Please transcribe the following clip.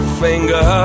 finger